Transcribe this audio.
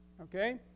okay